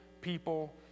people